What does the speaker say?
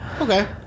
Okay